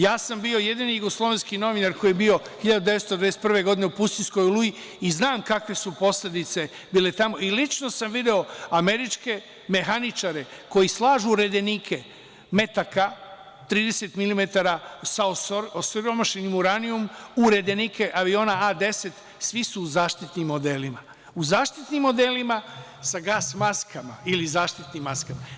Ja sam bio jedini jugoslovenski novinar koji je bio 1991. godine u Pustinjskoj oluji i znam kakve su posledice bile tamo i lično sam video američke mehaničare koji slažu redenike metaka 30 milimetara sa osiromašenim uranijumom u redenike aviona A-10, svi su u zaštitnim odelima, sa gas maskama ili zaštitnim maskama.